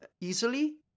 easily